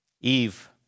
Eve